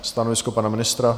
Stanovisko pana ministra?